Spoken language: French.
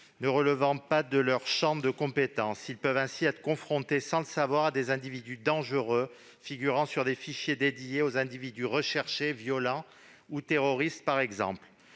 ne relevant pas de leur champ de compétence. Elles peuvent ainsi être confrontées, sans le savoir, à des individus dangereux figurant sur des fichiers dédiés aux individus recherchés, violents ou terroristes, par exemple.